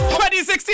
2016